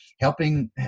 helping